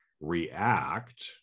react